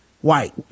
white